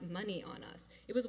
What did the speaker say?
money on us it was